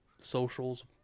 socials